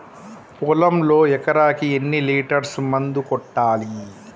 పొలంలో ఎకరాకి ఎన్ని లీటర్స్ మందు కొట్టాలి?